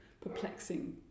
perplexing